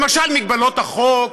למשל מגבלות החוק?